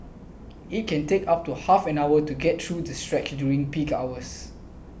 it can take up to half an hour to get through the stretch during peak hours